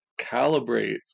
calibrate